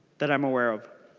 that i'm aware of.